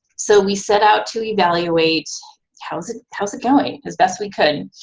so we set out to evaluate how's it how's it going as best we could.